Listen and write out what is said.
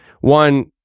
one